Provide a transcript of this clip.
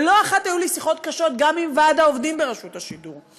ולא אחת היו לי שיחות קשות גם עם ועד העובדים ברשות השידור,